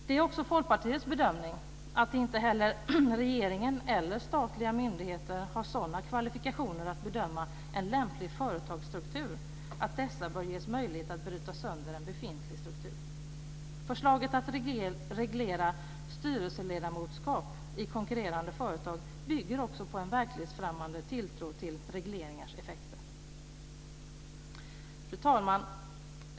Det är också Folkpartiets bedömning att inte heller regeringen eller statliga myndigheter har sådana kvalifikationer att bedöma en lämplig företagsstruktur att dessa bör ges möjlighet att bryta sönder en befintlig struktur. Förslaget att reglera styrelseledamotskap i konkurrerande företag bygger också på en verklighetsfrämmande tilltro till regleringars effekter. Fru talman!